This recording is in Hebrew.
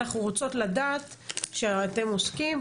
אנחנו רוצות לדעת שאתם עוסקים,